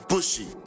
Bushy